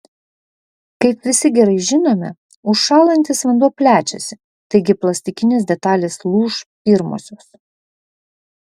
kaip visi gerai žinome užšąlantis vanduo plečiasi taigi plastikinės detalės lūš pirmosios